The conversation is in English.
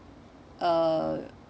uh